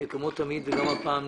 כמו תמיד וגם הפעם,